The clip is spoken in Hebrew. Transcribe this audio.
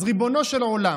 אז ריבונו של עולם,